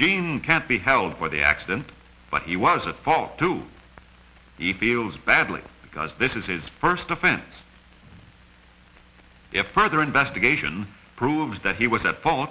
gene can't be held for the accident but he was at fault to the feels badly because this is his first offense if further investigation proves that he was at fault